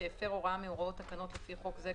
שהפר הוראה מהוראות תקנות לפי חוק זה,